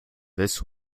this